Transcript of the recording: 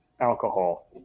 alcohol